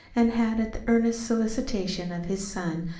and had, at the earnest solicitation of his son,